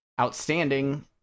outstanding